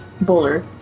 Bowler